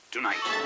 Tonight